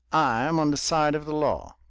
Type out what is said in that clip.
i am on the side of the law.